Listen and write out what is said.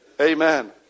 Amen